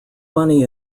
money